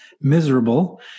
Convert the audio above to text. miserable